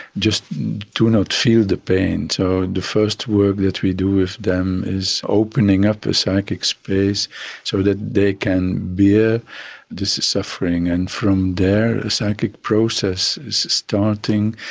just to not feel the pain. so the first work that we do with them is opening up the psychic space so that they can bear ah this suffering. and from there a psychic process is starting.